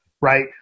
right